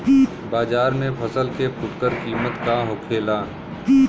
बाजार में फसल के फुटकर कीमत का होखेला?